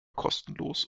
kostenlos